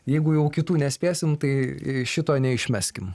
jeigu jau kitų nespėsim tai šito neišmeskim